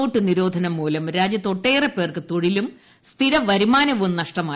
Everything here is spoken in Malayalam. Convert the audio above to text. നോട്ടു നിരോധനം മൂലം രാജ്യത്ത് ഒട്ടേറെ പേർക്ക് തൊഴിലും സ്ഥിര വരുമാനവും നഷ്ടമായി